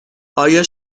آیا